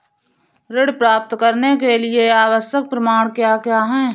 ऋण प्राप्त करने के लिए आवश्यक प्रमाण क्या क्या हैं?